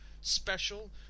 special